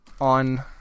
on